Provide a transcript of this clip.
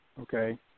Okay